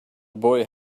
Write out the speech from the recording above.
boy